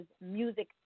Music